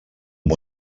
amb